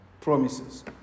promises